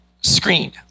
screen